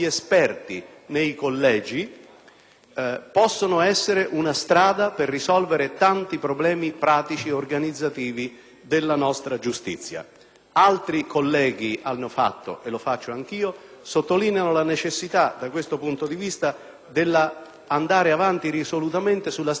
possono essere una strada per risolvere tanti problemi pratici e organizzativi della nostra giustizia. Altri colleghi, come me, sottolineano la necessità, da questo punto di vista, di andare avanti risolutamente sulla strada della unificazione dei riti.